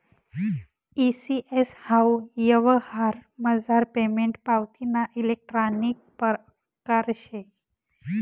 E CS हाऊ यवहारमझार payment पावतीना इलेक्ट्रानिक परकार शे